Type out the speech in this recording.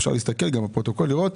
אפשר לראות בפרוטוקול ולראות.